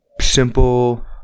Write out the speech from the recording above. simple